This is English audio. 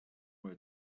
way